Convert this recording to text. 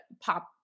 pop